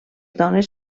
dones